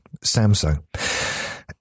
Samsung